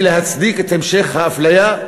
להצדיק את המשך האפליה,